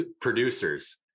producers